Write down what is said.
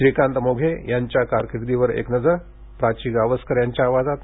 श्रीकांत मोघे यांच्या कारकीर्दीवर एक नजर प्राची गावसकर यांच्या आवाजात